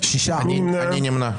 מי נמנע?